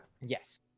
Yes